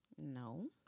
No